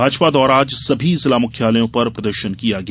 भाजपा द्वारा आज सभी जिला मुख्यालयों पर प्रदर्शन किया गया